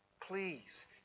Please